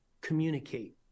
communicate